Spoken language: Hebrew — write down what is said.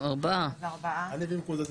מי נמנע?